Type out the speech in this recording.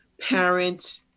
parent